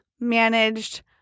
managed